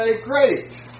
Great